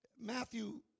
Matthew